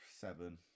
seven